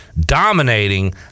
dominating